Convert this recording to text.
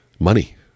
money